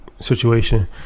situation